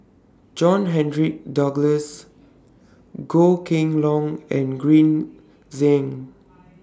John Henry Duclos Goh Kheng Long and Green Zeng